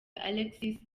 alexis